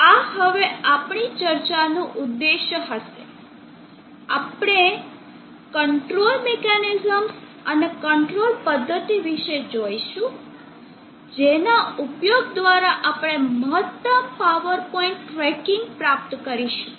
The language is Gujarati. આ હવે આપણી ચર્ચાનું ઉદ્દેશ્ય હશે અને આપણે કંટ્રોલ મિકેનિઝમ્સ અને કંટ્રોલ પદ્ધતિ વિશે જોઈશું જે ના ઉપયોગ દ્વારા આપણે મહત્તમ પાવર પોઇન્ટ ટ્રેકિંગ પ્રાપ્ત કરીશું